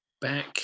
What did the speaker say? back